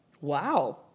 Wow